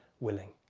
willing.